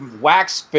wax